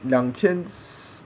两千 s~